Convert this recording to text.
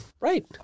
Right